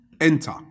enter